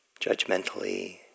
judgmentally